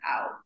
out